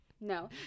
No